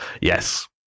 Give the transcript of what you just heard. Yes